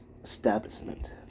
establishment